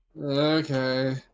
Okay